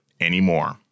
anymore